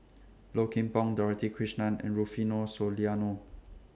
Low Kim Pong Dorothy Krishnan and Rufino Soliano